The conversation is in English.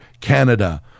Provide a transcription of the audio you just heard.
Canada